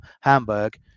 hamburg